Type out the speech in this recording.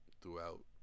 throughout